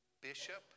bishop